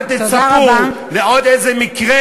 אז תצפו לעוד איזה מקרה